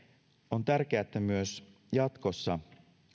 on tärkeää että myös jatkossa